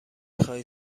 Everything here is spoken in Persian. خواهی